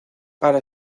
para